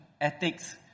ethics